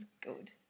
good